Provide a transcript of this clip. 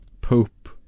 Pope